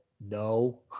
No